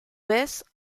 vez